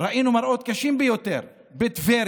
ראינו מראות קשים ביותר בטבריה,